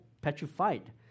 petrified